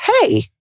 hey